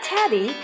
Teddy